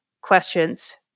questions